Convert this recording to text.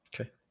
Okay